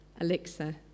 Alexa